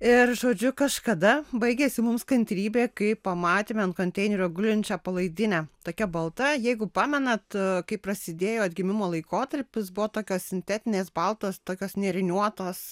ir žodžiu kažkada baigėsi mums kantrybė kai pamatėme ant konteinerio gulinčią palaidinę tokia balta jeigu pamenat kaip prasidėjo atgimimo laikotarpis buvo tokios sintetinės baltos tokios nėriniuotos